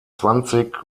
zwanzig